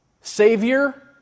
Savior